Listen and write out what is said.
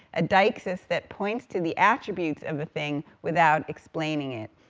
a deixis that points to the attributes of a thing, without explaining it.